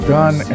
done